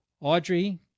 Audrey